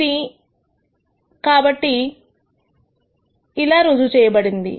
ఇది కాబట్టి ఇది రుజువు చేయబడినది